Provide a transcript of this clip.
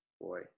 Boy